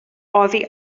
oddi